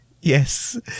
Yes